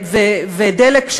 ו"דלק",